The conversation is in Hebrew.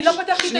זה